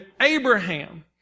Abraham